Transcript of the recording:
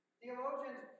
theologians